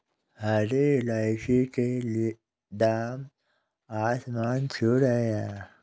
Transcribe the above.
हरी इलायची के दाम आसमान छू रहे हैं